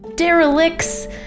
Derelicts